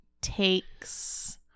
takes